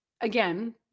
again